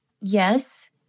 Yes